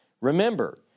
remember